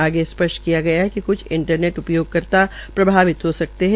आगे स्पष्ट किया है कि इंटरनेट उपयोगकर्ता प्रभावित हो सकते है